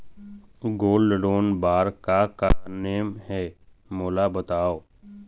Gold loan बार का का नेम हे, मोला बताव?